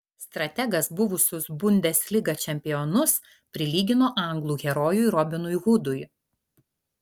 strategas buvusius bundesliga čempionus prilygino anglų herojui robinui hudui